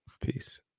Peace